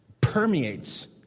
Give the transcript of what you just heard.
permeates